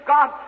God